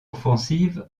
offensive